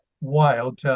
wild